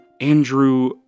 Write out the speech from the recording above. Andrew